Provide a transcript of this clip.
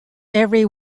every